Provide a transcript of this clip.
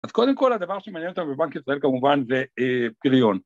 אז קודם כל הדבר שמעניין אותנו בבנק ישראל כמובן זה פיריון